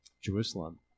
Jerusalem